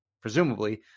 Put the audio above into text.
presumably